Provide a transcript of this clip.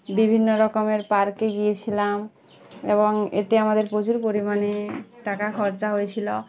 বিভিন্ন রকমের পার্কে গিয়েছিলাম এবং এতে আমাদের প্রচুর পরিমাণে টাকা খরচা হয়েছিলো